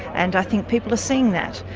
and i think people are seeing that.